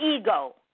ego